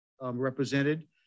represented